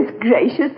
gracious